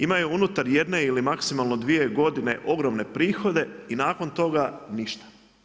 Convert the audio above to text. Imaju unutar jedne ili maksimalno dvije godine ogromne prihode i nakon toga ništa.